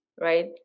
right